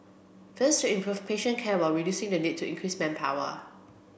first to improve patient care while reducing the need to increase manpower